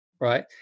right